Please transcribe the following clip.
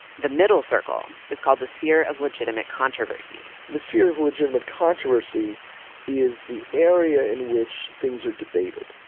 the middle circle is called the sphere of legitimate controversy. the sphere of legitimate controversy is the area in which things are debated.